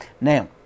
Now